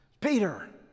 Peter